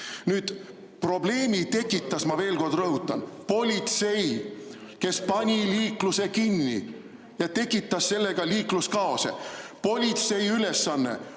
probleemi tekitas, ma veel kord rõhutan, politsei, kes pani liikluse kinni ja tekitas sellega liikluskaose. Politsei ülesanne